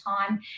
time